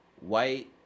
White